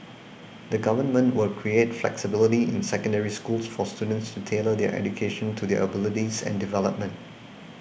the Government will create flexibility in Secondary Schools for students to tailor their education to their abilities and development